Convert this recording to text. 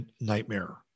nightmare